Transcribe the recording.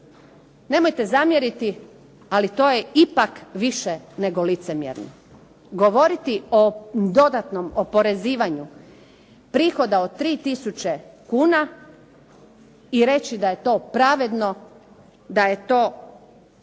nemojte zamjeriti, ali to je ipak više nego licemjerno. Govoriti o dodatnom oporezivanju prihoda od 3 tisuće kuna i reći da je to pravedno, da je to